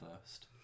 first